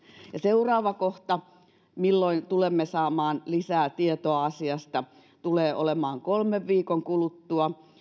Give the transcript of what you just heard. seuraava kohta milloin tulemme saamaan lisää tietoa asiasta tulee olemaan kolmen viikon kuluttua